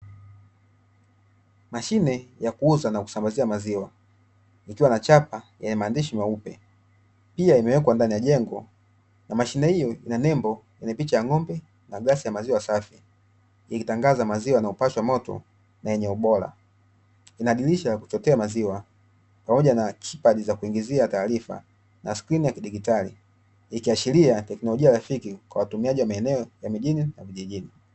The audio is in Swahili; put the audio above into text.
Mashine ya kuuza na kusambazia maziwa, ikiwa na chapa yenye maandishi meupe, pia imewekwa ndani ya jengo, na mashine hiyo ina nembo yenye picha ya ng'ombe na glasi ya maziwa safi, ikitangaza maziwa yanayopashwa moto na yenye ubora, ina dirisha la kuchotea maziwa pamoja na kiipadi za kuingizia taarifa na skrini ya kidigitali, ikiashiria teknolojia rafiki kwa watumiaji wa maeneo ya mijini na vijijini.